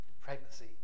pregnancy